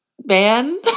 man